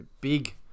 big